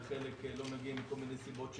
וחלק לא מגיעים מכל מיני סיבות.